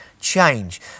change